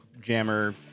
jammer